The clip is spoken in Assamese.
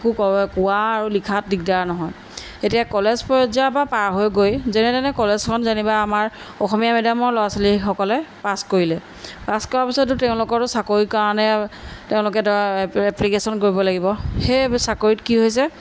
একো ক কোৱা আৰু লিখাত দিগদাৰ নহয় এতিয়া কলেজ পৰ্যায়ৰ পৰা পাৰ হৈ গৈ যেনে তেনে কলেজখন যেনিবা আমাৰ অসমীয়া মেডিয়ামৰ ল'ৰা ছোৱালীসকলে পাছ কৰিলে পাছ কৰাৰ পিছতো তেওঁলোকৰো চাকৰিৰ কাৰণে তেওঁলোকে ধৰা এপ্লিকেশ্যন কৰিব লাগিব সেই চাকৰিত কি হৈছে